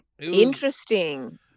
Interesting